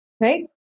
Right